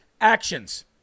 actions